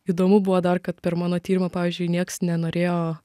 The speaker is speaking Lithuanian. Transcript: įdomu buvo dar kad per mano tyrimą pavyzdžiui nieks nenorėjo